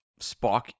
Spock